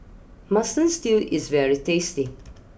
Mutton Stew is very tasty